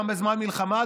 גם בזמן מלחמה,